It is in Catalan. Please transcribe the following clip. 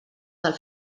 del